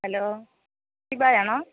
hello ഷീബായാണോ